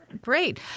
Great